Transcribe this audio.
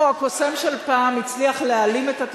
זה לא, חבר הכנסת נסים זאב, אני קורא לך לשבת.